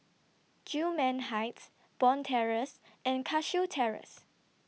Gillman Heights Bond Terrace and Cashew Terrace